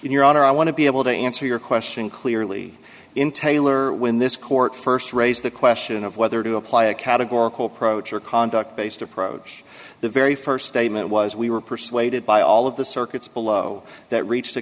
in your honor i want to be able to answer your question clearly in taylor when this court first raised the question of whether to apply a categorical pro church conduct based approach the very first statement was we were persuaded by all of the circuits below that reached a